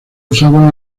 usaba